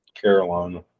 Carolina